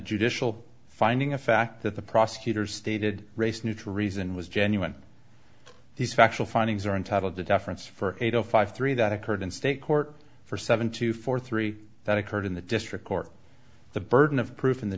judicial finding of fact that the prosecutor's stated race neutral reason was genuine these factual findings are entitled to deference for eight zero five three that occurred in state court for seven two four three that occurred in the district court the burden of proof in the